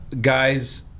guys